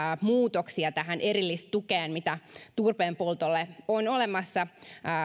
muutoksia tähän erillistukeen mitä turpeen poltolle on olemassa